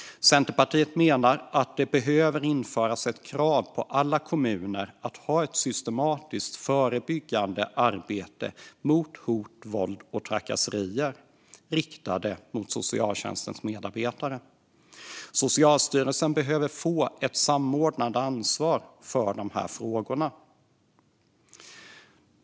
Centerpartiet menar att det behöver införas ett krav på alla kommuner att ha ett systematiskt förebyggande arbete mot hot, våld och trakasserier riktade mot socialtjänstens medarbetare. Socialstyrelsen behöver få ett samordnande ansvar för frågorna.